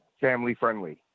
family-friendly